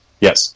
Yes